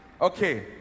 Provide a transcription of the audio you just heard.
Okay